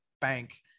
bank